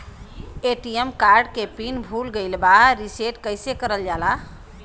ATM card के पिन भूला गइल बा रीसेट कईसे करल जाला?